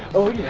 oh yeah,